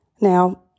Now